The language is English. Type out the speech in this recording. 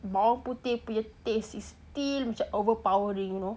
bawang putih punya taste macam still overpowering you know